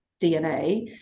dna